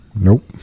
Nope